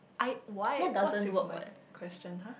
I why what's with my question !huh!